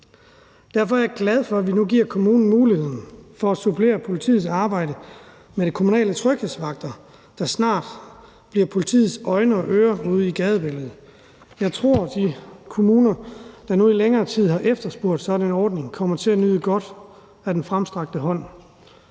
Derfor er jeg glad for, at vi nu giver kommunen muligheden for at supplere politiets arbejde med kommunale tryghedsvagter, der snart bliver politiets øjne og ører ude i gadebilledet. Jeg tror, de kommuner, der nu i længere tid har efterspurgt sådan en ordning, kommer til at nyde godt af den fremstrakte hånd,